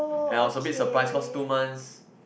and I was a bit surprised cause two months